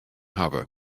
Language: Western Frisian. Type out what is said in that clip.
hawwe